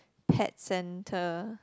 pet centre